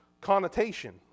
connotation